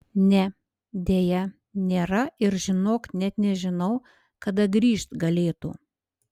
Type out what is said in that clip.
ne deja nėra ir žinok net nežinau kada grįžt galėtų